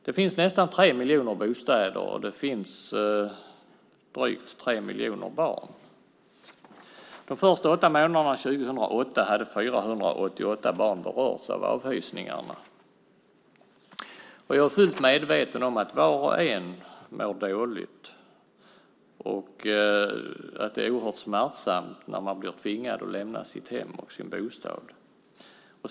Det finns nästan 3 miljoner bostäder och drygt 3 miljoner barn. De första åtta månaderna 2008 hade 488 barn berörts av avhysningarna. Jag är fullt medveten om att var och en mår dåligt och att det är oerhört smärtsamt att bli tvingad att lämna sitt hem och sin bostad.